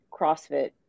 CrossFit